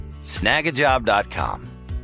Snagajob.com